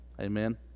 Amen